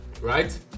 Right